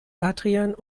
adrian